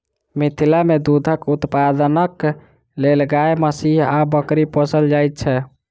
मिथिला मे दूधक उत्पादनक लेल गाय, महीँस आ बकरी पोसल जाइत छै